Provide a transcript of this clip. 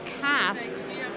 casks